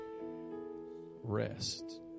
rest